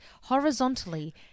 horizontally